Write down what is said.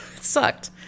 sucked